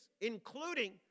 including